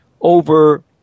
over